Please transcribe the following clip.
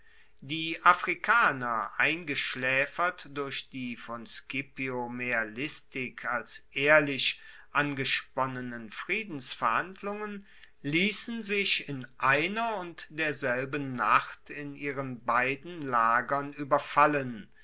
die afrikaner eingeschlaefert durch die von scipio mehr listig als ehrlich angesponnenen friedensverhandlungen liessen sich in einer und derselben nacht in ihren beiden lagern ueberfallen